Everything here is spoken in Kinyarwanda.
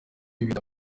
ibintu